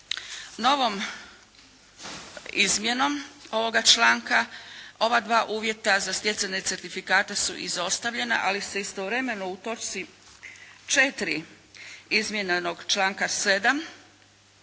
Novom izmjenom ovoga članka ova dva uvjeta za stjecanje certifikata su izostavljena, ali se istovremeno u točci 4. izmijenjenog članka 7.